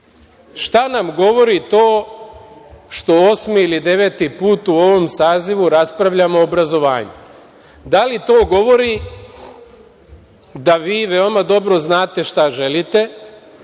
vi. Šta nam govori to što osmi ili deveti put u ovom sazivu raspravljamo o obrazovanju? Da li to govori da vi veoma dobro znate šta želite